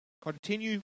Continue